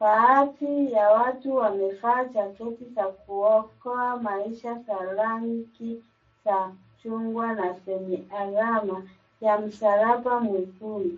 Badhii ya watu wamevaa jaketi za kuokoa maisha za rangi za chungwa na zenye alama ya msalaba mwekundu.